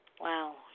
Wow